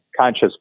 conscious